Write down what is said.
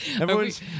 Everyone's